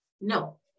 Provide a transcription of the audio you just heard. No